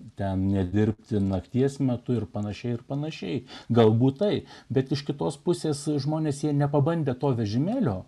ten nedirbti nakties metu ir pan ir pan galbūt tai bet iš kitos pusės žmonės jie nepabandė to vežimėlio